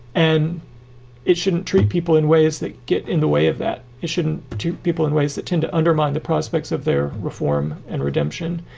and it shouldn't treat people in ways that get in the way of that. it shouldn't. to people in ways that tend to undermine the prospects of their reform and redemption,